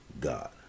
God